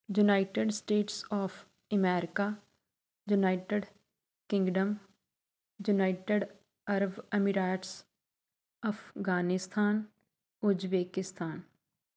United States of America United Kingdom United Arab Emirates Afghanistan Uzbekistan